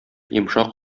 йомшак